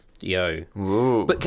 Yo